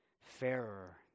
fairer